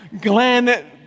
Glenn